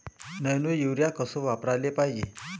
Nano urea कस वापराले पायजे?